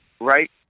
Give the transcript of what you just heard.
Right